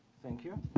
thank you,